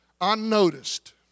unnoticed